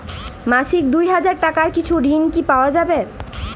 মাসিক দুই হাজার টাকার কিছু ঋণ কি পাওয়া যাবে?